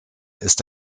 ist